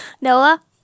Noah